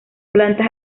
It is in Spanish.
plantas